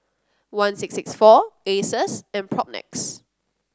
one six six four Asus and Propnex